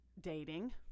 dating